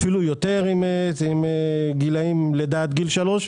אפילו יותר עם גילאים לידה עד גיל שלוש,